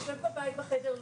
יושב בבית בחדר,